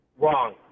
wrong